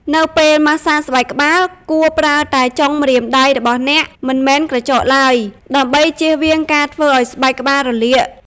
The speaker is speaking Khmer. នៅពេលម៉ាស្សាស្បែកក្បាល គួរប្រើតែចុងម្រាមដៃរបស់អ្នក មិនមែនក្រចកឡើយ ដើម្បីជៀសវាងការធ្វើឲ្យស្បែកក្បាលរលាក។